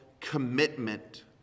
commitment